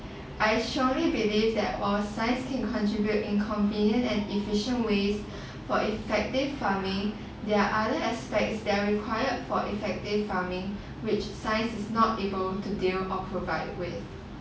I strongly believe that while science seems to contribute inconvenient and efficient ways for effective farming there are other aspects that are required for effective farming which science is not able to deal or provide